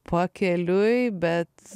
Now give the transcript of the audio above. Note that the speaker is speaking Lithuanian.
pakeliui bet